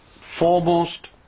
foremost